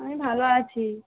আমি ভালো আছি